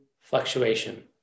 fluctuation